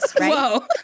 Whoa